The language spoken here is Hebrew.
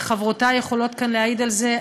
וחברותי יכולות כאן להעיד על זה,